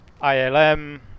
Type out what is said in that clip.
ILM